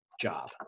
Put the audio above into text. job